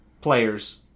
players